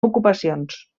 ocupacions